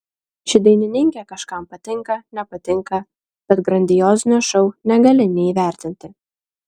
ši dainininkė kažkam patinka nepatinka bet grandiozinio šou negali neįvertinti